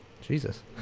Jesus